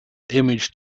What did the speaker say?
image